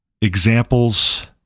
examples